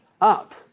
up